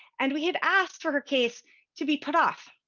and we had asked for her case to be put off